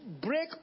break